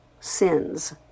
sins